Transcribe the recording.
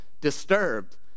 disturbed